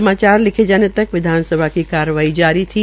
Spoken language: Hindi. समाचार लिखे जाने तक विधानसभा की कार्रवाई जारी थी